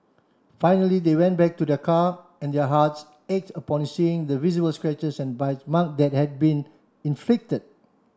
finally they went back to their car and their hearts ached upon seeing the visible scratches and bite that had been inflicted